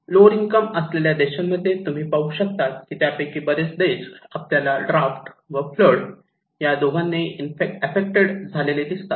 lower income असलेल्या देशांमध्ये तुम्ही पाहू शकतात की त्यापैकी बरे देश आपल्याला ड्राफत व फ्लड या दोघांनेही एफ्फेक्टड झालेले दिसतात